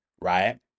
right